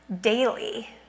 daily